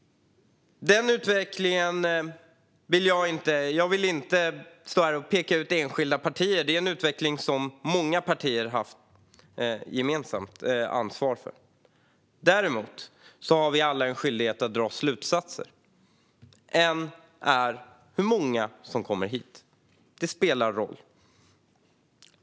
Den utvecklingen vill jag inte stå här och peka ut enskilda partier för; det är en utveckling som många partier har ett gemensamt ansvar för. Däremot har vi alla en skyldighet att dra slutsatser, och en slutsats är att det spelar roll hur många som kommer hit.